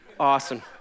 Awesome